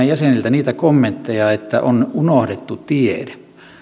jäseniltä niitä kommentteja että on unohdettu tiede